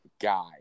guy